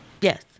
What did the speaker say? yes